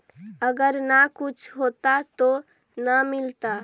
अगर न कुछ होता तो न मिलता?